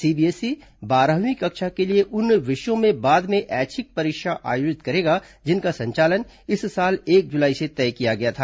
CBSE बारहवीं कक्षा के लिए उन विषयों में बाद में ऐच्छिक परीक्षा आयोजित करेगा जिनका संचालन इस साल एक जुलाई से तय किया गया था